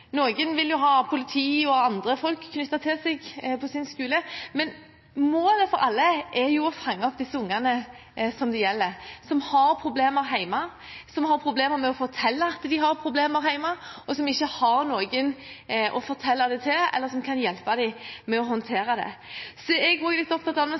vil ha politi og andre folk knyttet til seg på sin skole. Men målet for alle er jo å fange opp de ungene det gjelder, de som har problemer hjemme, som har problemer med å fortelle at de har problemer hjemme, og som ikke har noen å fortelle det til eller noen som kan hjelpe dem med å håndtere det. Så jeg er også litt opptatt av